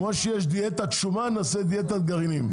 כמו שיש דיאטת שומן, נעשה דיאטת גרעינים.